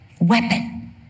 weapon